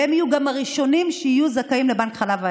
והם יהיו גם הראשונים שיהיו זכאים לבנק חלב האם.